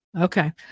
Okay